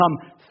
come